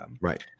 Right